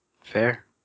Fair